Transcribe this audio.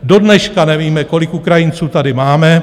Dodneška nevíme, kolik Ukrajinců tady máme.